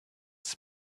his